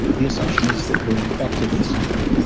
the the assumption is that you're infected with something.